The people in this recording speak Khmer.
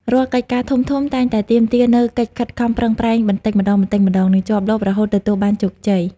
រាល់កិច្ចការធំៗតែងតែទាមទារនូវ ការខិតខំប្រឹងប្រែងបន្តិចម្តងៗ និងជាប់លាប់រហូតទទួលបានជោគជ័យ។